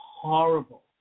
horrible